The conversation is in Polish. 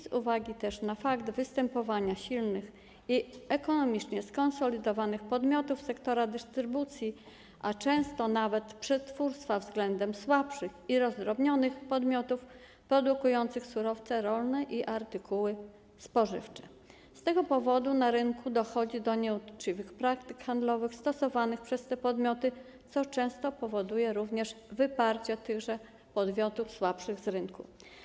Z uwagi na fakt występowania silnych i ekonomicznie skonsolidowanych podmiotów sektora dystrybucji, a często nawet przetwórstwa względem słabszych i rozdrobnionych podmiotów produkujących surówce rolne i artykuły spożywcze na rynku dochodzi do nieuczciwych praktyk handlowych stosowanych przez te podmioty, co często powoduje wyparcie tychże podmiotów słabszych z rynku.